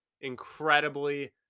incredibly